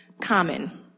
common